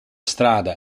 strada